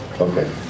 Okay